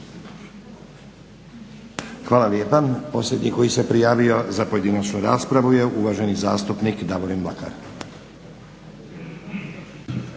Hvala lijepa. Posljednji koji se prijavio za pojedinačnu raspravu je uvaženi zastupnik Davorin Mlakar.